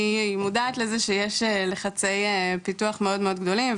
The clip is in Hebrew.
אני מודעת לזה שיש לחצי פיתוח מאוד מאוד גדולים,